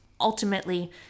ultimately